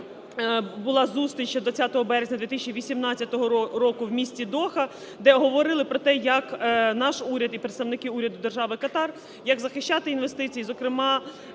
була зустріч ще 20 березня 2018 року в місті Доха, де говорили про те, як наш уряд і представники уряду Держави Катар, як захищати інвестиції, зокрема,